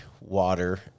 water